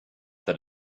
that